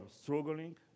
struggling